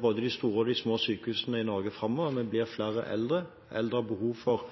både de store og de små sykehusene i Norge framover. Vi blir flere eldre, eldre har behov for